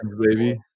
baby